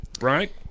right